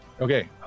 Okay